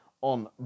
on